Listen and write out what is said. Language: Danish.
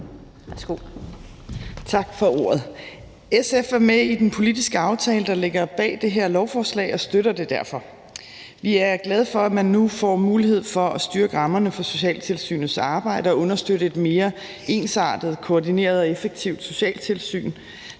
Tak for ordet. SF er med i den politiske aftale, der ligger bag det her lovforslag, og støtter det derfor. Vi er glade for, at man nu får mulighed for at styrke rammerne for socialtilsynets arbejde og understøtte et mere ensartet, koordineret og effektivt socialtilsyn.